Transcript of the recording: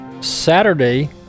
Saturday